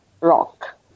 rock